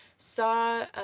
saw